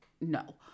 No